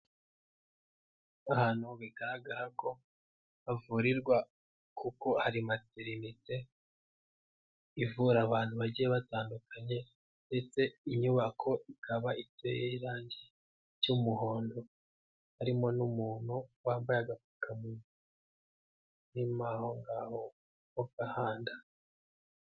Ahantu bigaragara ko havurirwa kuko hari materinete ivura abantu bagiye batandukanye ndetse inyubako ikaba iteye irangi ry'umuhondo, harimo n'umuntu wambaye agapfuka munwa urimo aho ngaho mu gahanda.